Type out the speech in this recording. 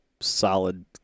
solid